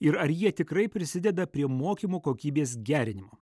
ir ar jie tikrai prisideda prie mokymo kokybės gerinimo